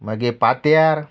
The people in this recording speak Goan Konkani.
मागीर पाट्यार